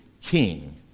king